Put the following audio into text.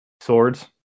swords